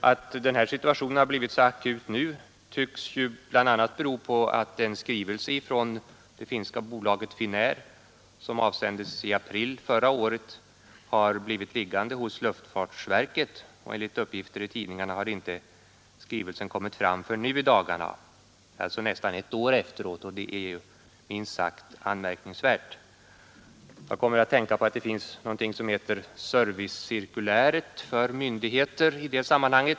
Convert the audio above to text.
Att den här situationen har blivit så akut nu tycks bl.a. bero på att den skrivelse från det finska bolaget Finnair som avsändes i april förra året har blivit liggande hos luftfartsverket. Enligt uppgifter i tidningarna har den inte kommit fram förrän nu i dagarna — alltså nästan ett år efteråt. Det är minst sagt anmärkningsvärt. Jag kommer i sammanhanget att tänka på att det finns någonting som heter servicecirkuläret för myndigheter.